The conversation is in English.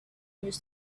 news